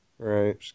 Right